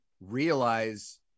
realize